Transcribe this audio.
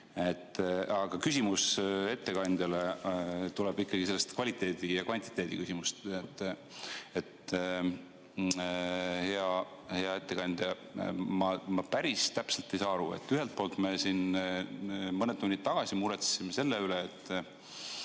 Aga küsimus ettekandjale on ikkagi kvaliteedi ja kvantiteedi kohta. Hea ettekandja, ma päris täpselt ei saa aru. Ühelt poolt me siin mõni tund tagasi muretsesime selle pärast, et